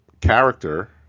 character